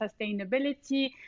sustainability